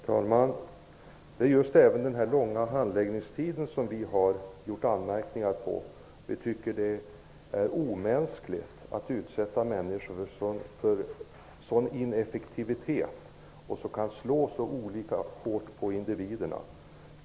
Herr talman! Det är just denna långa handläggningstid vi har gjort anmärkningar emot. Vi tycker att det är omänskligt att utsätta människor för en sådan ineffektivitet som kan slå så olika hårt mot individerna.